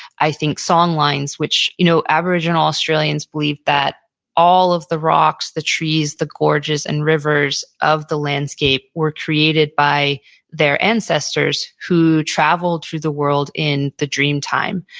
i think song lines, which you know aboriginal australians believe that all of the rocks, the trees, the gorges, and rivers of the landscape were created by their ancestors who traveled through the world in the dream time.